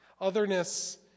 otherness